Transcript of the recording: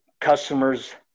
customers